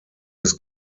his